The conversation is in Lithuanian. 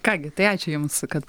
ką gi tai ačiū jums kad